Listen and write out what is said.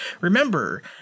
remember